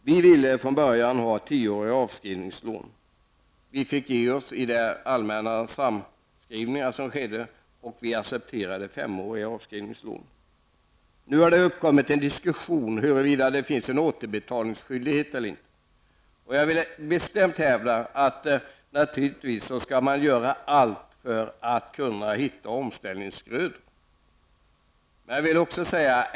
Vi ville från början ha tioåriga avskrivningslån. Vi fick ge oss i de allmänna samskrivningar som skedde, och vi accepterade femåriga avskrivningslån. Nu har det uppkommit en diskussion om huruvida det föreligger återbetalningsskyldighet eller inte. Jag vill bestämt hävda att man naturligtvis skall göra allt för att kunna hitta omställningsgrödor.